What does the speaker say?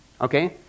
Okay